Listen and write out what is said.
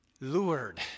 lured